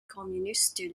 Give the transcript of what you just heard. communiste